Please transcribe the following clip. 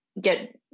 get